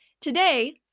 today